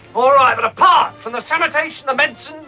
all right, but apart from the sanitation, the medicine,